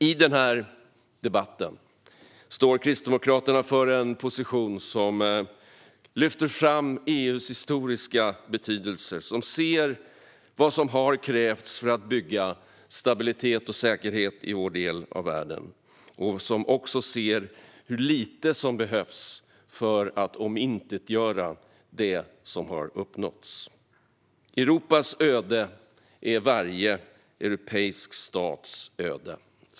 I debatten står Kristdemokraterna för en position som lyfter fram EU:s historiska betydelse och som ser vad som har krävts för att bygga stabilitet och säkerhet i vår del av världen. Vi ser också hur lite som behövs för att omintetgöra det som har uppnåtts. Europas öde är varje europeisk stats öde.